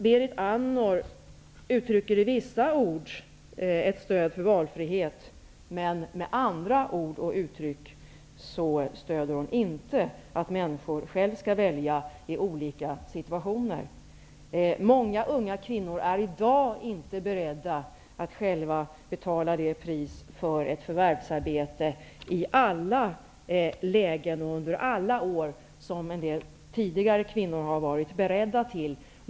Berit Andnor uttrycker i vissa ord ett stöd för valfriheten, men med andra ord och uttryck stöder hon inte att människor själv skall få välja i olika situationer. Många unga kvinnor är i dag inte beredda att i alla lägen, under alla år, betala det pris för ett förvärvsarbete som en del kvinnor tidigare har varit beredda till.